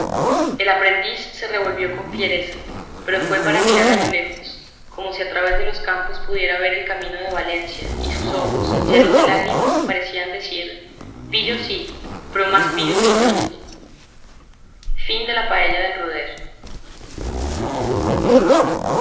el aprendiz se revolvió con fiereza pero fue para mirar a lo lejos como si a través de los campos pudiera ver el camino de valencia y sus ojos llenos de lágrimas parecían decir pillo sí pero más pillo es el que huye en la